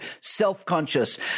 self-conscious